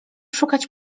szukać